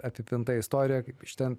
apipinta istorija kaip iš ten